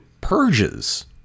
purges